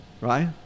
right